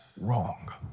wrong